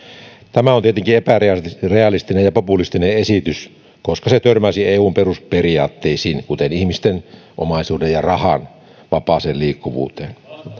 tämä on tietenkin epärealistinen ja populistinen esitys koska se törmää eun perusperiaatteisiin kuten ihmisten omaisuuden ja rahan vapaaseen liikkuvuuteen